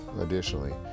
additionally